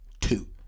Two